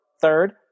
third